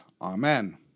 Amen